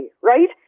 right